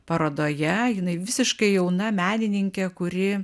parodoje jinai visiškai jauna menininkė kuri